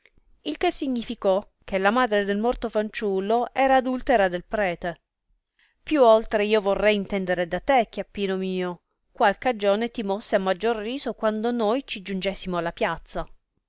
il che significò che la madre del morto fanciullo era adultera del prete più oltre io vorrei intendere da te chiappino mio qual cagione ti mosse a maggior riso quando noi ci giungessimo alla piazza